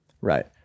Right